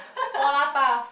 Polar Puffs